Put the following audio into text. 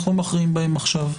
אנחנו לא מכריעים בהן עכשיו.